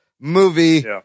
movie